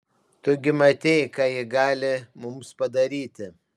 tu gi matei ką ji gali mums padaryti